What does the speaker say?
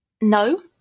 No